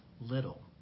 little